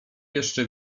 jeszcze